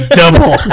double